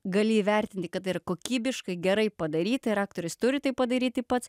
gali įvertinti kad tai yra kokybiškai gerai padaryta ir aktorius turi tai padaryti pats